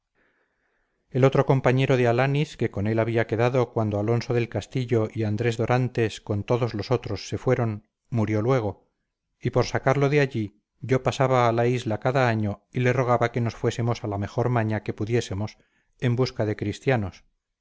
el otro compañero de alaniz que con él había quedado cuando alonso del castillo y andrés dorantes con todos los otros se fueron murió luego y por sacarlo de allí yo pasaba a la isla cada año y le rogaba que nos fuésemos a la mejor maña que pudiésemos en busca de cristianos